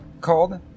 called